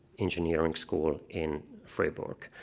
engineering school in freeburg.